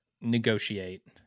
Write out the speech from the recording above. negotiate